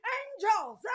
angels